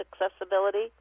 accessibility